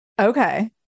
Okay